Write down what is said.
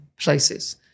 places